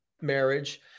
marriage